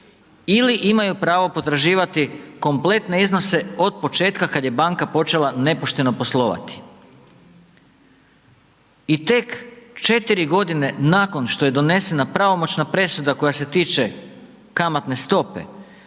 ili imaju pravo potraživati kompletne iznose, od početka, kada je banka počela nepošteno poslovati? I tek 4 g. nakon što je donesena pravomoćna presuda, koja se tiče kamatne stope,